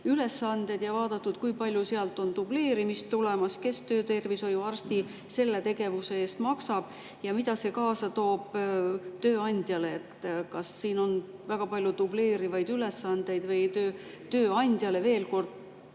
ülesanded ja vaadatud, kui palju sealt on dubleerimist tulemas? Kes töötervishoiuarsti tegevuse eest maksab ja mida see toob kaasa tööandjale? Kas siin on väga palju dubleerivaid ülesandeid või tööandjal [tekib]